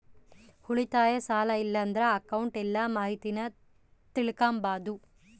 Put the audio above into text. ಉಳಿತಾಯ, ಸಾಲ ಇಲ್ಲಂದ್ರ ಅಕೌಂಟ್ನ ಎಲ್ಲ ಮಾಹಿತೀನ ತಿಳಿಕಂಬಾದು